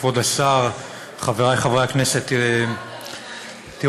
כבוד השר, חבריי חברי הכנסת, תראו,